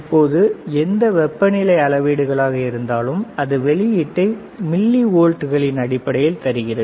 இப்போது எந்த வெப்பநிலை அளவீடுகளாக இருந்தாலும் அது வெளியீட்டை மில்லிவோல்ட்டுகளின் அடிப்படையில் தருகிறது